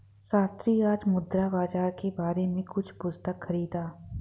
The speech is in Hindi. सन्नी आज मुद्रा बाजार के बारे में कुछ पुस्तक खरीदा